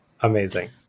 Amazing